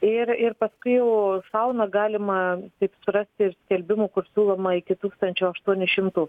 ir ir paskui jau šauna galima surasti ir skelbimų kur siūloma iki tūkstančio aštuonių šimtų